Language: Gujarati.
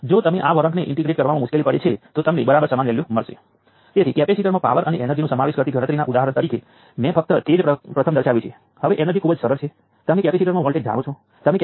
V3 નો વોલ્ટેજ 10 વોલ્ટ અને 3 મિલિએમ્પ્સમાંથી કરંટ I3 છે તેથી તે 30 મિલી વોટ્સને શોષી રહ્યું છે